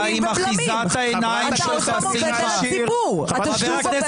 תנסו רגע לייצב את הספינה הזאת למען כל הציבור הישראלי,